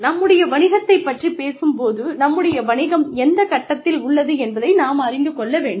நம்முடைய வணிகத்தைப் பற்றிப்பேசும்போது நம்முடைய வணிகம் எந்த கட்டத்தில் உள்ளது என்பதை நாம் அறிந்து கொள்ள வேண்டும்